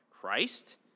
Christ